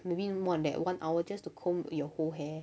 maybe more than that one hour just to comb your whole hair